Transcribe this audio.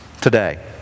today